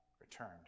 returned